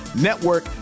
Network